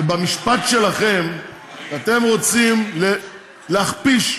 ובמשפט שלכם, אתם רוצים להכפיש,